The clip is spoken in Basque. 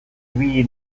ibili